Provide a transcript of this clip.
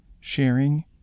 sharing